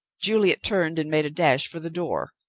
juliet turned and made a dash for the door.